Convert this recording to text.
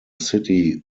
city